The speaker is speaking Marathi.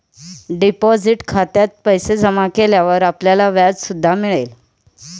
डिपॉझिट खात्यात पैसे जमा केल्यावर आपल्याला व्याज सुद्धा मिळेल